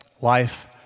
life